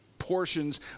portions